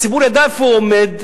הציבור ידע איפה הוא עומד,